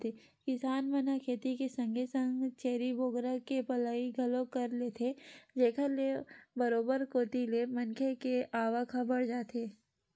किसान मन ह खेती के संगे संग छेरी बोकरा के पलई घलोक कर लेथे जेखर ले बरोबर दुनो कोती ले मनखे के आवक ह बड़ जाथे